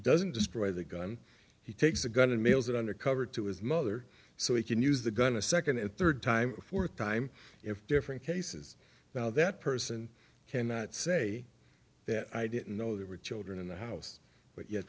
doesn't destroy the gun he takes the gun and mails it undercover to his mother so he can use the gun a second a third time fourth time in different cases now that person cannot say that i didn't know there were children in the house but yet